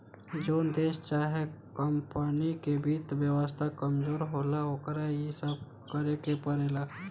जोन देश चाहे कमपनी के वित्त व्यवस्था कमजोर होला, ओकरा इ सब करेके पड़ेला